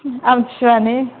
आमथिसुवानि